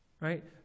right